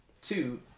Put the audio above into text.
two